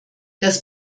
das